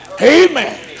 Amen